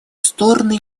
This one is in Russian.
стороны